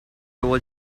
will